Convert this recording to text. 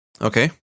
Okay